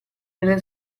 nelle